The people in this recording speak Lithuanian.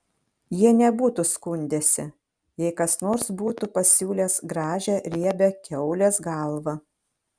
jie nebūtų skundęsi jei kas nors būtų pasiūlęs gražią riebią kiaulės galvą